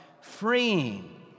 freeing